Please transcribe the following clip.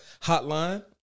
Hotline